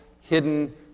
hidden